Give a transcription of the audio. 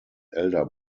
elder